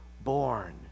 born